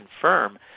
confirm